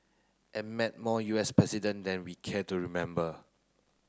and met more U S president than we care to remember